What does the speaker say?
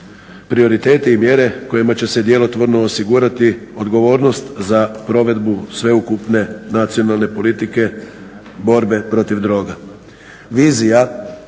prioritete i mjere kojima će se djelotvorno osigurati odgovornost za provedbu sveobuhvatne nacionalne politike borbe protiv droga.